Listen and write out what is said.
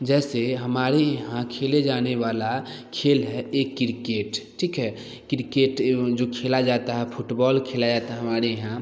जैसे हमारे यहाँ खेले जाने वाला खेल है एक क्रिकेट ठीक है क्रिकेट जो खेला जाता है फुटबॉल खेला जाता है हमारे यहाँ